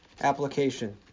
application